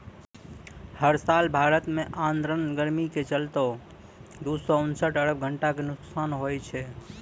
हर साल भारत मॅ आर्द्र गर्मी के चलतॅ दू सौ उनसठ अरब घंटा के नुकसान होय छै